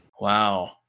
wow